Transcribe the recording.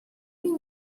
myn